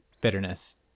bitterness